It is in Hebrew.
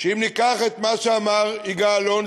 שאם ניקח את מה שאמר יגאל אלון,